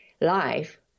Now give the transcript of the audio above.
life